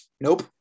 Nope